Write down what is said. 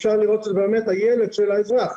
כרגע אתם דוחים על הסף כי זה אפילו לא בהחרגות.